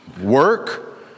work